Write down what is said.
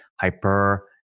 hyper